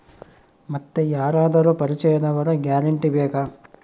ಮತ್ತೆ ಯಾರಾದರೂ ಪರಿಚಯದವರ ಗ್ಯಾರಂಟಿ ಬೇಕಾ?